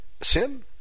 sin